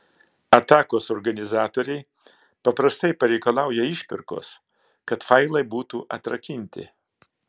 atakos organizatoriai paprastai pareikalauja išpirkos kad failai būtų atrakinti